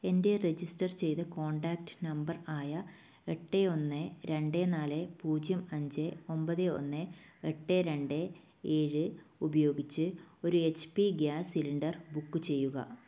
എൻ്റെ രജിസ്റ്റർ ചെയ്ത contact number ആയ എട്ട് ഒന്ന് രണ്ട് നാല് പൂജ്യം അഞ്ച് ഒമ്പത് ഒന്ന് എട്ട് രണ്ട് ഏഴ് ഉപയോഗിച്ച് ഒരു H P gas cylinder book ചെയ്യുക